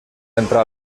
entrà